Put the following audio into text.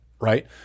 right